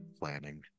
planning